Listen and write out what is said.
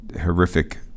horrific